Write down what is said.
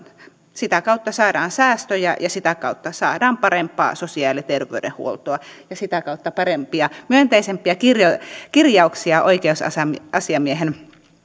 sitä kautta saadaan säästöjä ja sitä kautta saadaan parempaa sosiaali ja terveydenhuoltoa ja sitä kautta parempia myönteisempiä kirjauksia oikeusasiamiehen